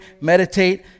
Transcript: meditate